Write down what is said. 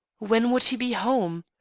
when would he be home?